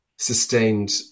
sustained